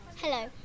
Hello